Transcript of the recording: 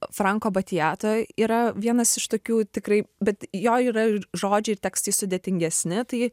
franko batijato yra vienas iš tokių tikrai bet jo yra ir žodžiai ir tekstai sudėtingesni tai